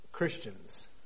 Christians